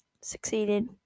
succeeded